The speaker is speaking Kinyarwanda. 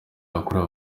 yakorewe